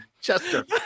chester